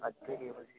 अद्य एव जीवने